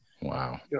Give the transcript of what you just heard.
Wow